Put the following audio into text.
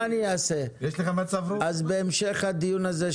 אז בהמשך לדיון הזה,